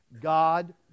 God